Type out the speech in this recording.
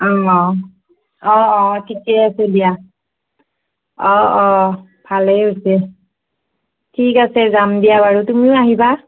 ঠিকেই আছে দিয়া অ' অ' ভালেই হৈছে ঠিক আছে যাম দিয়া বাৰু তুমিও আহিবা